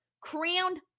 crowned